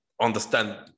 understand